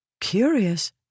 Curious